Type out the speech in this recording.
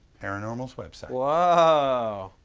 paranormal's website. woah! ah